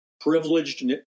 privileged